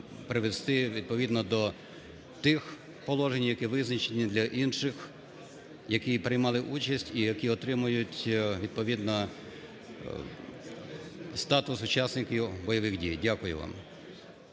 привести відповідно до тих положень, які визначені для інших, які приймали участь і які отримують відповідно статус учасників бойових дій. Дякую вам.